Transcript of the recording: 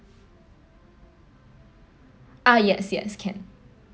ah yes yes can